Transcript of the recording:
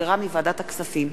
שהחזירה ועדת הכספים.